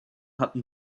hatten